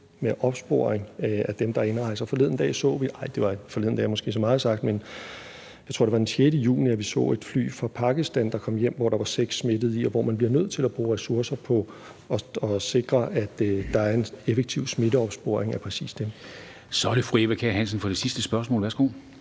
i forhold til dem, der indrejser. Forleden dag – forleden dag er måske så meget sagt, men jeg tror, det var den 6. juni – så vi et fly fra Pakistan, der kom hjem, hvor der var seks smittede i, og hvor man bliver nødt til at bruge ressourcer på, at der er en effektiv smitteopsporing af præcis dem. Kl. 14:19 Formanden (Henrik Dam Kristensen): Så er